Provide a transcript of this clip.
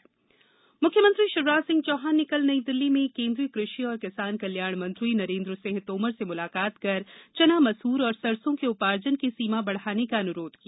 CM मुलाकात मुख्यमंत्री शिवराज सिंह चौहान ने कल नई दिल्ली में केन्द्रीय कृषि एवं किसान कल्याण मंत्री नरेन्द्र सिंह तोमर से मुलाकात कर चना मसूर और सरसों के उपार्जन की सीमा बढ़ाने का अनुरोध किया